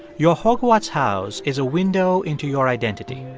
your hogwarts house is a window into your identity.